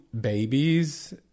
babies